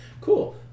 cool